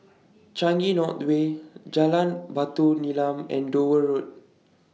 Changi North Way Jalan Batu Nilam and Dover Road